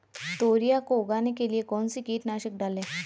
तोरियां को उगाने के लिये कौन सी कीटनाशक डालें?